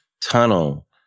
tunnel